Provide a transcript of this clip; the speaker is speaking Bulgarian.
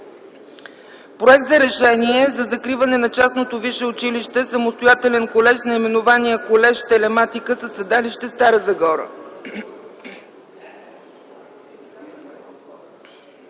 Проект за решение за закриване на частното висше училище – самостоятелен колеж с наименование Колеж „Телематика” със седалище Стара Загора.